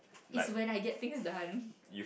it's when I get things done